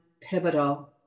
pivotal